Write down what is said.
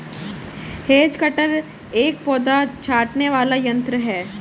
has cutter एक पौधा छाँटने वाला यन्त्र है